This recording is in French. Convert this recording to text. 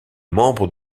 membre